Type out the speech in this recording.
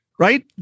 Right